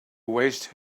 waste